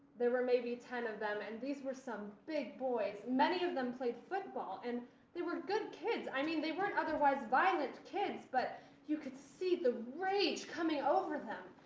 there were maybe ten of them, and these were some big boys, many of them played football and they were good kids. i mean, they weren't otherwise violent kids, but you could see the rage coming over them.